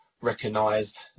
recognised